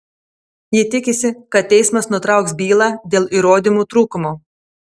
ji tikisi kad teismas nutrauks bylą dėl įrodymų trūkumo